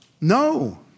No